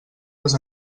les